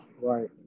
right